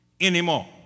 anymore